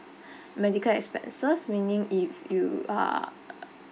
medical expenses meaning if you are